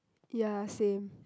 ya same